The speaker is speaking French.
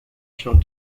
sur